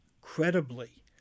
credibly